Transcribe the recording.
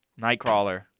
Nightcrawler